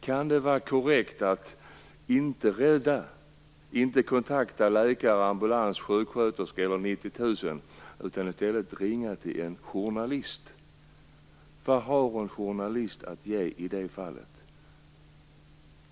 Kan det vara korrekt att inte rädda, att inte kontakta läkare, ambulans, sjuksköterska eller 90 000, utan i stället ringa till en journalist? Vad har en journalist att ge i det fallet?